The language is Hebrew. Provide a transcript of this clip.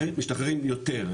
משתחררים יותר,